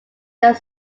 that